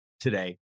today